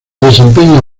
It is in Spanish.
desempeña